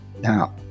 Now